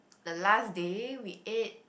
the last day we ate